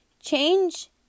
Change